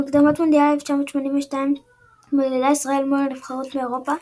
במוקדמות מונדיאל 1982 התמודדה ישראל מול נבחרות מאירופה,